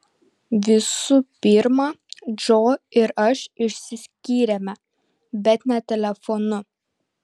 visų pirma džo ir aš išsiskyrėme bet ne telefonu